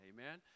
Amen